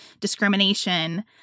discrimination